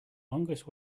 longest